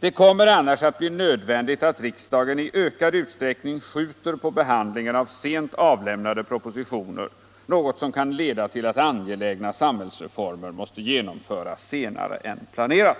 Det kommer annars att bli nödvändigt att riksdagen i ökad utsträckning skjuter på behandlingen av sent avlämnade propositioner, något som kan leda till att angelägna samhällsreformer måste genomföras senare än planerat.”